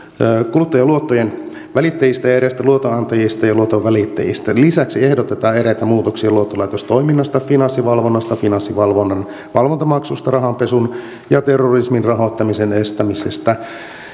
kuluttajaluottojen välittäjistä ja eräistä luotonantajista ja luotonvälittäjistä lisäksi ehdotetaan eräitä muutoksia luottolaitostoiminnasta finanssivalvonnasta finanssivalvonnan valvontamaksusta rahanpesun ja terrorismin rahoittamisen estämisestä